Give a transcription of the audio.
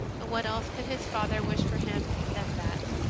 what else could his father wish for him than that?